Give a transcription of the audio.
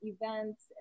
events